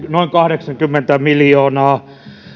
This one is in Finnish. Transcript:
noin kahdeksankymmentä miljoonaa